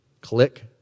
Click